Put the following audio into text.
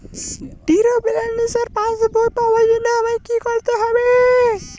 Zero ব্যালেন্সের পাসবই পাওয়ার জন্য আমায় কী করতে হবে?